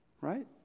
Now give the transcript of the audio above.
right